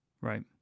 Right